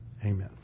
Amen